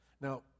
Now